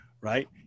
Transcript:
right